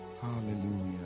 Hallelujah